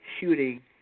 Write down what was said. shooting